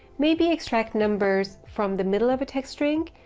maybe extract numbers from the middle of a text string.